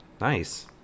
nice